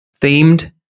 themed